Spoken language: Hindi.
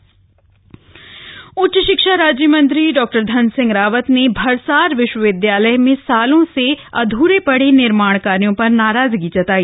उच्च शिक्षा राज्य मंत्री उच्च शिक्षा राज्य मंत्री डॉ धन सिंह रावत ने भरसार विश्वविद्यालय में सालों से अध्रे पड़े निर्माण कार्यों पर नाराजगी जताई